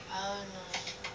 I don't know